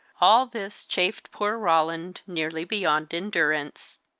all this chafed poor roland nearly beyond endurance.